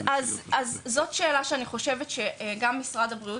אז זאת שאלה שאני חושבת שגם משרד הבריאות